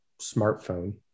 smartphone